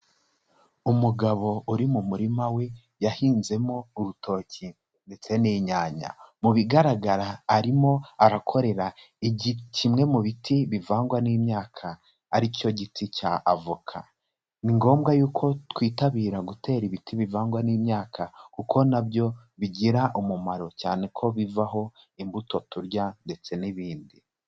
Umugabo uri mu murima we yahinzemo urutoki ndetse n'inyanya, mu bigaragara arimo arakorera kimwe mu biti bivangwa n'imyaka ari cyo giti cya avoka, ni ngombwa yuko twitabira gutera ibiti bivangwa n'imyaka kuko nabyo bigira umumaro cyane ko bivaho imbuto turya ndetse n'ibindi.